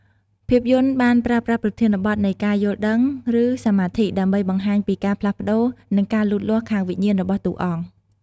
ភាពយន្តបានប្រើប្រាស់ប្រធានបទនៃការយល់ដឹង ឬសម្មាធិ ដើម្បីបង្ហាញពីការផ្លាស់ប្តូរ និងការលូតលាស់ខាងវិញ្ញាណរបស់តួអង្គ។